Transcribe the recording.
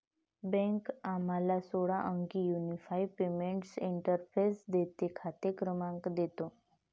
bank आम्हाला सोळा अंकी युनिफाइड पेमेंट्स इंटरफेस देते, खाते क्रमांक देतो